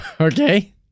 Okay